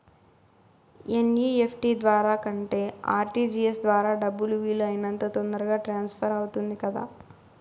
NEFT ద్వారా కంటే RTGS ద్వారా డబ్బు వీలు అయినంత తొందరగా ట్రాన్స్ఫర్ అవుతుంది కదా